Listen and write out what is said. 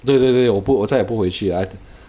对对对我不我再也不会去 ah